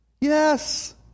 Yes